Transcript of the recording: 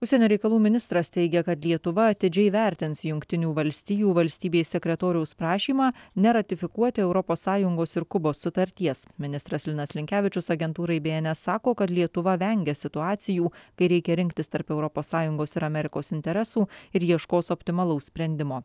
užsienio reikalų ministras teigia kad lietuva atidžiai vertins jungtinių valstijų valstybės sekretoriaus prašymą neratifikuoti europos sąjungos ir kubos sutarties ministras linas linkevičius agentūrai bė en es sako kad lietuva vengia situacijų kai reikia rinktis tarp europos sąjungos ir amerikos interesų ir ieškos optimalaus sprendimo